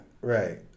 right